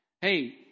hey